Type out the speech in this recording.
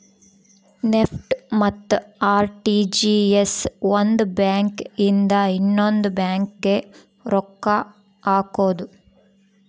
NEFT ಮತ್ತ RTGS ಒಂದ್ bank ಇಂದ ಇನ್ನೊಂದು ಬ್ಯಾಂಕ್ ಗೆ ರೊಕ್ಕ ಹಕೋದು